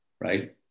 right